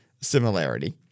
similarity